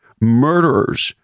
murderers